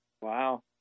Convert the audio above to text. Wow